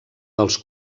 dels